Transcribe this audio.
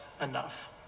enough